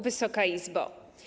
Wysoka Izbo!